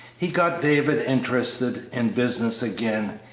he got david interested in business again.